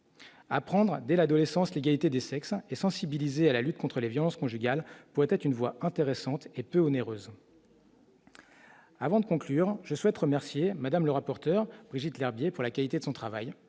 apprendre des la de l'essence, l'égalité des sexes et sensibiliser à la lutte contre la violence conjugale pourrait être une voie intéressante et peu onéreuse. Avant de conclure : je souhaite remercier Madame le rapporteur Brigitte Lherbier pour la qualité de son travail